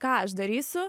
ką aš darysiu